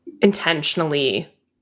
intentionally